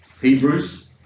Hebrews